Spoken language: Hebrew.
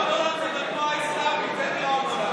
דיראון עולם זה התנועה האסלאמית, זה דיראון עולם.